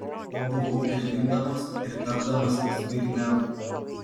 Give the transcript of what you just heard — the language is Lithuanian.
kuo buvau prieš gimdamas ir tapdamas zbignevu